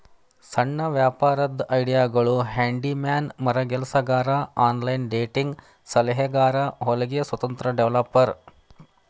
ಸಣ್ಣ ವ್ಯಾಪಾರದ್ ಐಡಿಯಾಗಳು ಹ್ಯಾಂಡಿ ಮ್ಯಾನ್ ಮರಗೆಲಸಗಾರ ಆನ್ಲೈನ್ ಡೇಟಿಂಗ್ ಸಲಹೆಗಾರ ಹೊಲಿಗೆ ಸ್ವತಂತ್ರ ಡೆವೆಲಪರ್